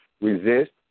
resist